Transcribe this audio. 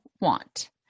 want